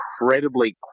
incredibly